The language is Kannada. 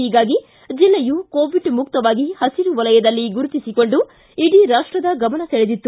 ಹೀಗಾಗಿ ಜಿಲ್ಲೆಯು ಕೋವಿಡ್ ಮುಕ್ತವಾಗಿ ಹಸಿರು ವಲಯದಲ್ಲಿ ಗುರುತಿಸಿಕೊಂಡು ಇಡೀ ರಾಷ್ಟದ ಗಮನ ಸೆಕೆದಿತ್ತು